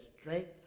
strength